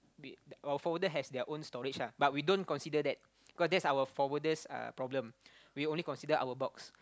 we our forwarder has their own storage ah but we don't consider that cause that's our forwarder's uh problem we only consider our box